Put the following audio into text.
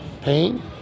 pain